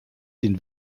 den